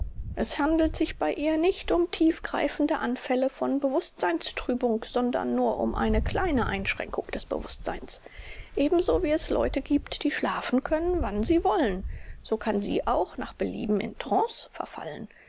es handelt sich also bei ihr nicht um tiefgreifende anfälle von bewußtseinstrübung sondern nur um eine kleine einschränkung des bewußtseins ebenso wie es leute gibt die schlafen können wann sie wollen so kann sie auch nach belieben in trance verfallen